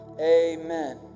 Amen